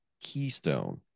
keystone